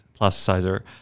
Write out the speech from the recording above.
plasticizer